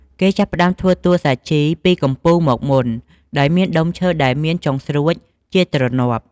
គេចាប់ផ្តើមធ្វើតួសាជីពីកំពូលមកមុន ដោយមានដុំឈើដែលមានចុងស្រួចជាទ្រនាប់។